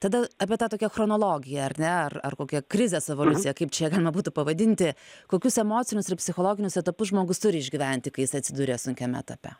tada apie tą tokią chronologiją ar ne ar ar kokią krizės evoliuciją kaip čia ją galima būtų pavadinti kokius emocinius ir psichologinius etapus žmogus turi išgyventi kai jis atsiduria sunkiame etape